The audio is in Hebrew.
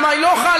על מה היא לא חלה,